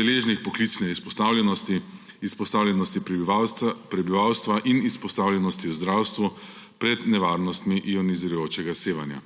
deležnik poklicne izpostavljenosti, izpostavljenosti prebivalstva in izpostavljenosti v zdravstvu pred nevarnostmi ionizirajočega sevanja.